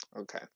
Okay